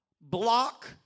block